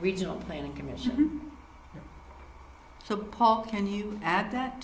regional planning commission so paul can you add that